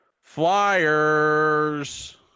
Flyers